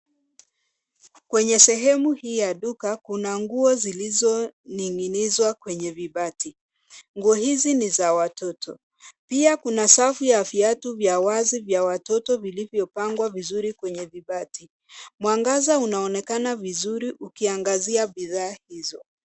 Kwenye sehemu hii ya duka, kuna nguo zilizoning'inizwa kwenye vibati. Nguo hizi ni za watoto. Pia kuna safu ya viatu vya wazi vya watoto vilivyopangwa vizuri kwenye vibati. Mwangaza unaonekana vizuri ukiangazia bidhaa hizo.